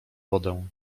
wodę